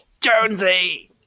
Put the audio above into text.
Jonesy